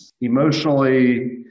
Emotionally